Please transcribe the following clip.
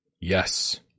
Yes